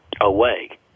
away